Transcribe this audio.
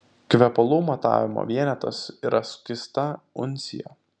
kvepalų matavimo vienetas yra skysta uncija